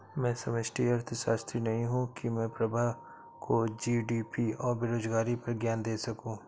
मैं समष्टि अर्थशास्त्री नहीं हूं की मैं प्रभा को जी.डी.पी और बेरोजगारी पर ज्ञान दे सकूं